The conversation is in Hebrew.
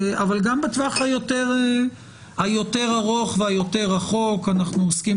אבל גם בטווח היותר ארוך והיותר רחוק אנחנו עוסקים